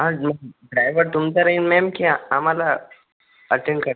हां मग डायवर तुमचा राहिल मॅम की आ आम्हाला अटेन कर